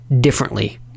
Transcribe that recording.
differently